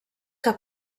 que